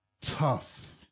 tough